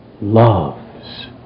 loves